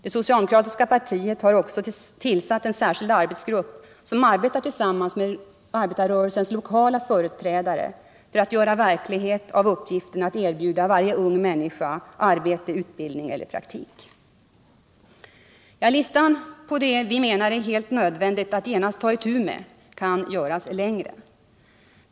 Det socialdemokratiska partiet har också tillsatt en särskild arbetsgrupp som tillsammans med arbetarrörelsens lokala företrädare arbetar på att göra verklighet av uppgiften att erbjuda varje ung människa arbete, utbildning eller praktik. Listan på det som vi menar är helt nödvändigt att genast ta itu med kan göras åtskilligt längre.